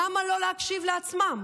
למה לא להקשיב לעצמם?